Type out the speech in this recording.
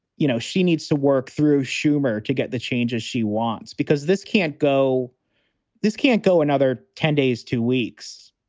you know, she needs to work through schumer to get the changes she wants because this can't go this can't go another ten days, two weeks.